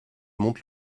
monte